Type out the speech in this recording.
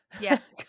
yes